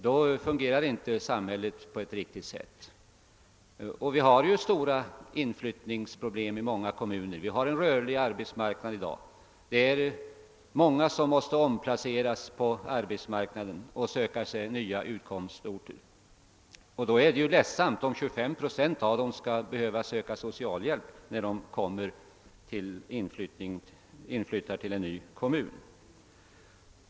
Då fungerar inte samhället på ett riktigt sätt. Det finns stora inflyttningsproblem i många kommuner. Vi har i dag en rörlig arbetsmarknad, många människor måste omplaceras och söka sig nya utkomstorter. Då är det beklagligt om 25 procent av dem skall behöva söka socialhjälp när de flyttar in i en ny kommun.